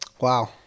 Wow